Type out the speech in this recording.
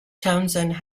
townsend